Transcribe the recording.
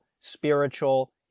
spiritual